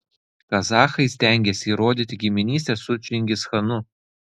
kazachai stengiasi įrodyti giminystę su čingischanu